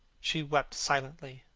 she wept silently,